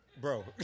Bro